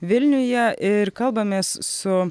vilniuje ir kalbamės su